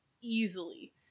easily